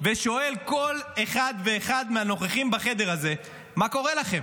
ושואל כל אחד ואחד מהנוכחים בחדר הזה: מה קורה לכם?